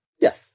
Yes